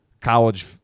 college